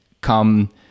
come